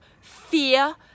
fear